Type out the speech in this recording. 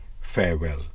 farewell